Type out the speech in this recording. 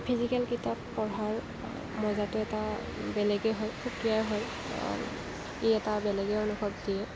physical কিতাপ পঢ়াৰ মজাতো এটা বেলেগেই হয় খুব ক্লীয়েৰ হয় ই এটা বেলেগেই অনুভৱ দিয়ে